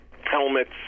helmets